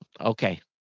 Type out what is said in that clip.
okay